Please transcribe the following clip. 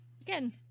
Again